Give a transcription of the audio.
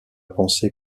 pensée